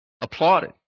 applauded